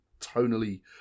tonally